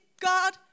God